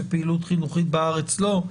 ופעילות חינוכית בארץ לא?